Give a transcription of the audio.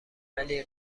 ولی